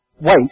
wait